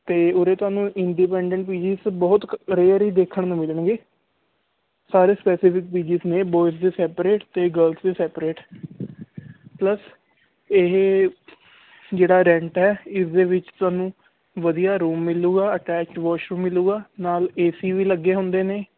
ਅਤੇ ਉਰੇ ਤੁਹਾਨੂੰ ਇੰਡੀਪੈਡੈਂਟ ਪੀਜੀਸ ਬਹੁਤ ਘ ਰੇਅਰ ਹੀ ਦੇਖਣ ਨੂੰ ਮਿਲਣਗੇ ਸਾਰੇ ਸਪੈਸੀਫਿਕ ਪੀਜੀਸ ਨੇ ਬੋਇਜ਼ ਦੇ ਸੈਪਰੇਟ ਅਤੇ ਗਰਲਸ ਦੇ ਸੈਪਰੇਟ ਪਲੱਸ ਇਹ ਜਿਹੜਾ ਰੈਂਟ ਹੈ ਇਸਦੇ ਵਿੱਚ ਤੁਹਾਨੂੰ ਵਧੀਆ ਰੂਮ ਮਿਲੂਗਾ ਅਟੈਚ ਵਾਸ਼ਰੂਮ ਮਿਲੂਗਾ ਨਾਲ ਏ ਸੀ ਵੀ ਲੱਗੇ ਹੁੰਦੇ ਨੇ